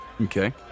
Okay